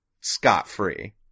scot-free